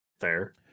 fair